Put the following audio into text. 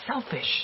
selfish